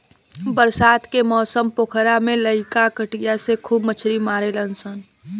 बरसात के मौसम पोखरा में लईका कटिया से खूब मछली मारेलसन